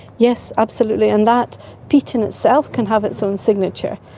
yes, absolutely, and that peat in itself can have its own signature.